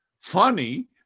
funny